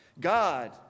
God